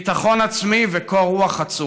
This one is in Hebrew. ביטחון עצמי וקור רוח עצום.